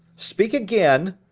speak again?